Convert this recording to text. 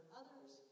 others